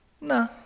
No